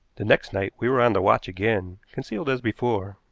the next night we were on the watch again, concealed as before.